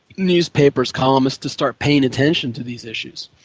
newspapers, columnists, to start paying attention to these issues.